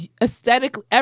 aesthetically